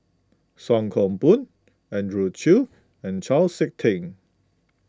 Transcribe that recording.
Song Koon Poh Andrew Chew and Chau Sik Ting